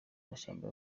mashyamba